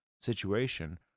situation